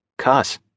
cuss